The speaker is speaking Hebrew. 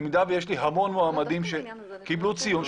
במידה ויש לי המון מועמדים שקיבלו ציון,